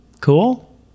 Cool